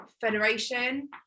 federation